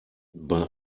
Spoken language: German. bei